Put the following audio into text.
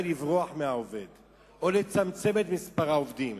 לברוח מהעובד או לצמצם את מספר העובדים.